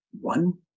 one